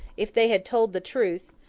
if they had told the truth,